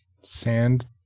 Sand